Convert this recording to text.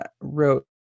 wrote